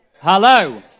Hello